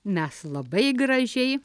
mes labai gražiai